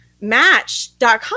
match.com